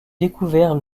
découvert